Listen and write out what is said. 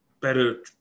better